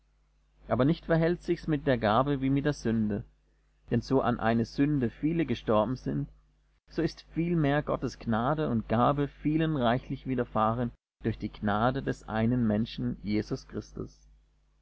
aber nicht verhält sich's mit der gabe wie mit der sünde denn so an eines sünde viele gestorben sind so ist viel mehr gottes gnade und gabe vielen reichlich widerfahren durch die gnade des einen menschen jesus christus